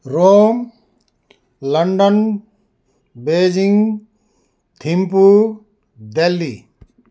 Rome London Beijing Thimphu Delhi